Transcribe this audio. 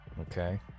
Okay